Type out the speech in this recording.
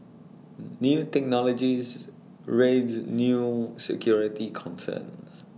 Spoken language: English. new technologies raise new security concerns